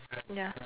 ya